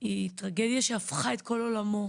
היא טרגדיה שהפכה את כל עולמו,